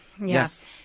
Yes